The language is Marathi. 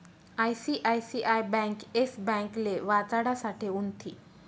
आय.सी.आय.सी.आय ब्यांक येस ब्यांकले वाचाडासाठे उनथी